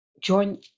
join